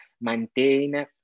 maintain